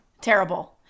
Terrible